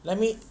let me